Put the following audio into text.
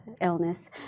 illness